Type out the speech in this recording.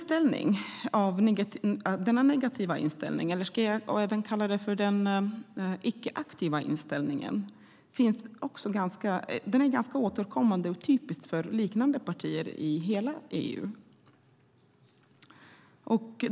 Sverigedemokraternas negativa och icke-aktiva inställning återkommer hos och är ganska typisk för liknande partier inom hela EU.